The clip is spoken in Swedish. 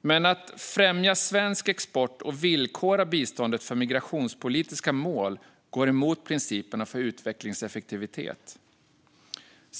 Men att främja svensk export och villkora biståndet för migrationspolitiska mål går emot principerna för utvecklingseffektivitet.